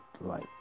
light